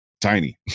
tiny